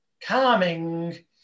calming